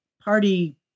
party